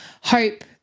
hope